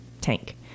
tank